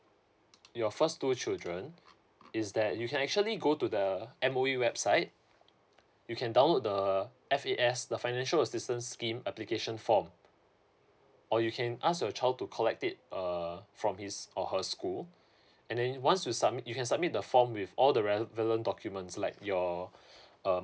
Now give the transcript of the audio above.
your first two children is that you can actually go to the M_O_E website you can download the F_A_S the financial assistance scheme application form or you can ask your child to collect it uh from his or her school and then once you submit you can submit the form with all the relevant documents like your